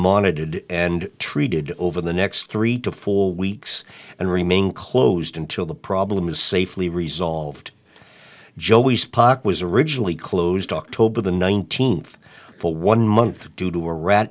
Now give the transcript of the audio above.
monitored and treated over the next three to four weeks and remain closed until the problem is safely resolved joey's pock was originally closed october the nineteenth for one month due to a rat